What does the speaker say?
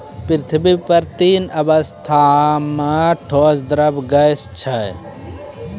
पृथ्वी पर तीन अवस्था म ठोस, द्रव्य, गैस छै